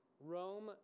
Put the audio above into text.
Rome